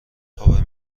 خوابه